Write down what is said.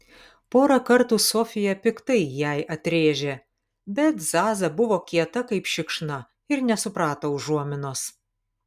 porą kartų sofija piktai jai atrėžė bet zaza buvo kieta kaip šikšna ir nesuprato užuominos